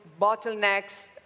bottlenecks